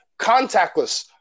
contactless